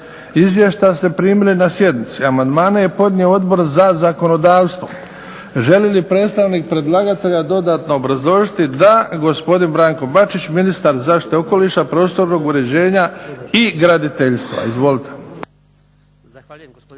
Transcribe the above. Izvješća ste primili na sjednici. Amandmane je podnio Odbor za zakonodavstvo. Želi li predstavnik predlagatelja dodatno obrazložiti? Da. Gospodin Branko Bačić, ministar zaštite okoliša, prostornog uređenja i graditeljstva. Izvolite.